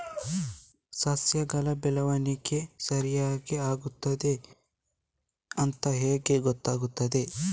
ಸಸ್ಯಗಳ ಬೆಳವಣಿಗೆ ಸರಿಯಾಗಿ ಆಗುತ್ತಾ ಇದೆ ಅಂತ ಹೇಗೆ ಗೊತ್ತಾಗುತ್ತದೆ?